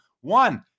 one